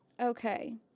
Okay